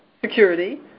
security